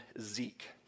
Zeke